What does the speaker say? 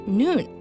noon